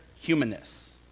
humanness